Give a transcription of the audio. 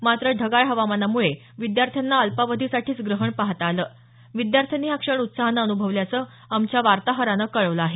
मात्र ढगाळ हवामानामुळे विद्यार्थ्याँना अल्पावधीसाठीच ग्रहण पाहता आलं विद्यार्थ्यांनी हा क्षण उत्साहानं अनुभवल्याचं आमच्या वार्ताहरानं कळवलं आहे